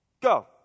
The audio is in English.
go